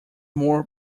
more